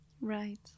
Right